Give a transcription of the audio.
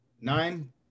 nine